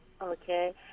Okay